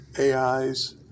AIs